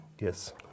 Yes